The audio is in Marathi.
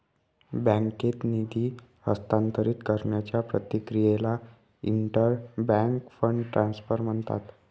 बँकेत निधी हस्तांतरित करण्याच्या प्रक्रियेला इंटर बँक फंड ट्रान्सफर म्हणतात